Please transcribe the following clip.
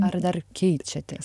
ar dar keičiatės